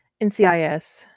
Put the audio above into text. NCIS